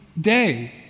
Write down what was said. day